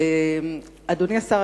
אדוני השר,